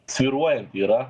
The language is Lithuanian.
svyruojanti yra